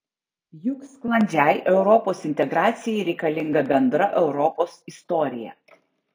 juk sklandžiai europos integracijai reikalinga bendra europos istorija